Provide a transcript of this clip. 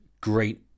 great